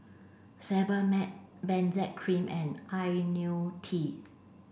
Sebamed Benzac cream and Ionil T